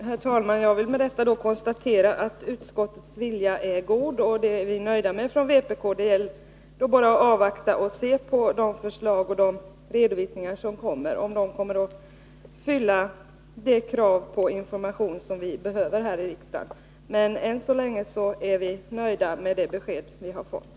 Herr talman! Jag vill med detta konstatera att utskottets vilja är god, och det är vi nöjda med från vpk:s sida. Det gäller då bara att avvakta och se på de förslag och redovisningar som kommer — om de uppfyller de krav på information som vi har här i riksdagen. Än så länge är vi nöjda med det besked som vi har fått.